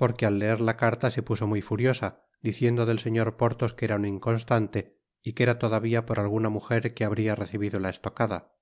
porque al leer la carta se puso muy furiosa diciendo del señor porthos que era un inconstante y que era todavía por alguna mujer que habria recibido la estocada